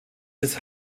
des